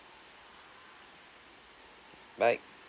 bye